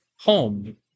home